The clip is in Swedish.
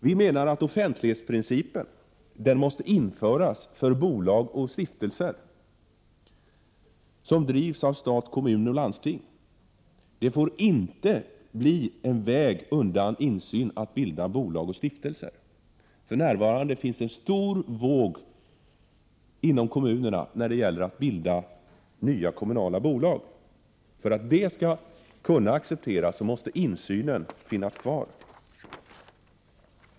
Vi menar att offentlighetsprincipen måste införas i bolag och stiftelser som drivs av stat, kommuner och landsting. Det får inte bli en väg undan insyn av bildande av nya bolag och stiftelser. För närvarande går en stor våg inom kommunerna att bilda nya kommunala bolag. För att detta skall kunna accepteras måste insynen finnas kvar.